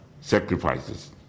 sacrifices